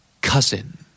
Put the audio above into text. Cousin